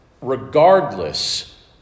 regardless